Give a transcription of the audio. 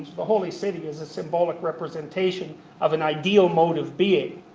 the holy city is a symbolic representation of an ideal mode of being.